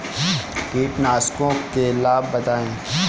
कीटनाशकों के लाभ बताएँ?